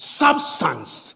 substance